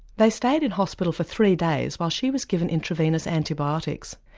they stayed in hospital for three days while she was given intravenous antibiotics.